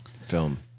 film